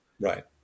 Right